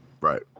right